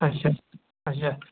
اَچھا اَچھا